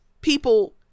people